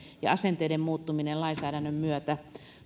ja asenteiden muuttuminen lainsäädännön myötä